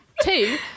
two